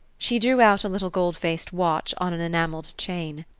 she drew out a little gold-faced watch on an enamelled chain.